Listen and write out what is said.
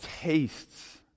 tastes